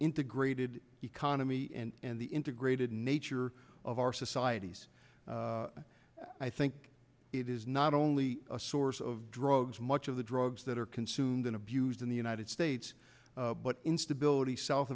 integrated economy and the integrated nature of our societies i think it is not only a source of drugs much of the drugs that are consumed and abused in the united states but instability south